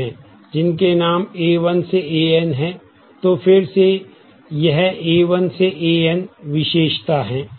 हैं जिनके नाम A1 से An हैं तो फिर यह A1 से An विशेषता हैं